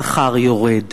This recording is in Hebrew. השכר יורד.